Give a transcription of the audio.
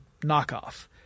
knockoff